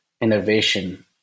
innovation